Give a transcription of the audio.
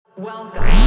Welcome